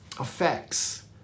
effects